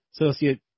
associate